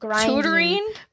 Tutoring